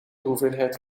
hoeveelheid